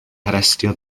harestio